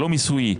הלא מיסויי,